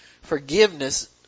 Forgiveness